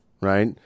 right